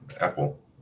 Apple